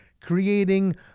creating